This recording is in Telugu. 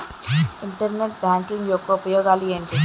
ఇంటర్నెట్ బ్యాంకింగ్ యెక్క ఉపయోగాలు ఎంటి?